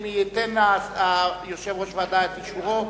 אם ייתן יושב-ראש הוועדה את אישורו,